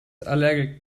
allergic